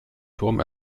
turm